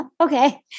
Okay